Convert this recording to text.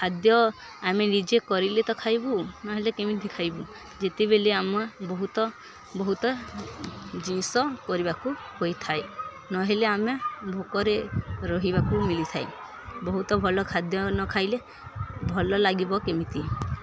ଖାଦ୍ୟ ଆମେ ନିଜେ କରିଲେ ତ ଖାଇବୁ ନହେଲେ କେମିତି ଖାଇବୁ ଯେତେବେଳେ ଆମେ ବହୁତ ବହୁତ ଜିନିଷ କରିବାକୁ ହୋଇଥାଏ ନହେଲେ ଆମେ ଭୋକରେ ରହିବାକୁ ମିଳିଥାଏ ବହୁତ ଭଲ ଖାଦ୍ୟ ନ ଖାଇଲେ ଭଲ ଲାଗିବ କେମିତି